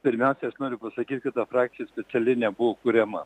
pirmiausia aš noriu pasakyt kad ta frakcija specialiai nebuvo kuriama